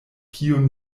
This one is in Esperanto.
kiun